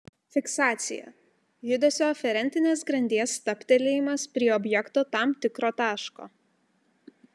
fiksacija judesio aferentinės grandies stabtelėjimas prie objekto tam tikro taško